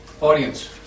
audience